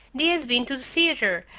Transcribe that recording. they had been to the theatre,